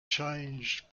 changed